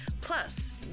plus